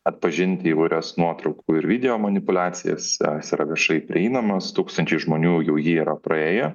atpažinti įvairias nuotraukų ir video manipuliacijas jis yra viešai prieinamas tūkstančiai žmonių jau jį yra praėję